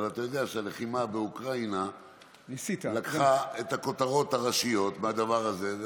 אבל אתה יודע שהלחימה באוקראינה לקחה את הכותרות הראשיות מהדבר הזה.